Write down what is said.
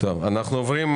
יש רוויזיה.